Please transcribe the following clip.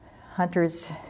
hunters